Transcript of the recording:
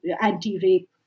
anti-rape